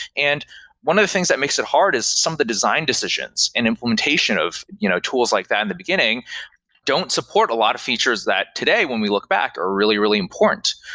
and one of the things that makes it hard is some of the design decisions and implementation of you know tools like that in the beginning don't support a lot of features that, today, when we look back, are really, really important.